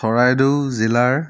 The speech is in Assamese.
চৰাইদেউ জিলাৰ